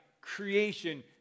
Creation